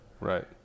Right